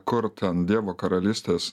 kurt ten dievo karalystės